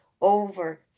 over